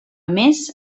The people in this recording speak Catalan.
més